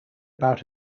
about